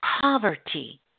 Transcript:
poverty